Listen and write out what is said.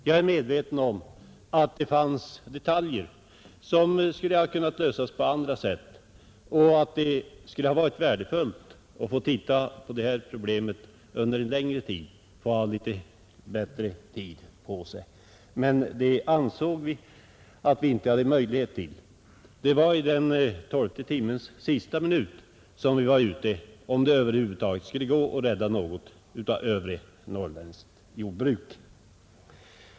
Jag är medveten om att det fanns detaljer som skulle ha kunnat lösas på andra sätt och att det skulle ha varit värdefullt att få litet längre tid på sig för att titta på problemet, men vi ansåg att vi inte hade möjlighet till det. Det var i tolfte timmens sista minut vi var ute, om det över huvud taget skulle gå att rädda något av övre Norrlands jordbruk.